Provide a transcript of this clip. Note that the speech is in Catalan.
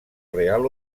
real